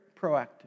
proactive